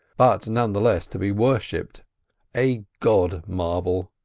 but none the less to be worshipped a god marble.